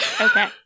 Okay